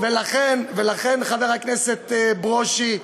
ולכן, חבר הכנסת ברושי,